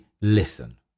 listen